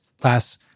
class